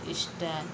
Insta